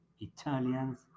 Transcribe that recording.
italians